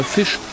Fisch